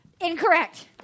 Incorrect